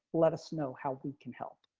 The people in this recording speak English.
let us know how we can help.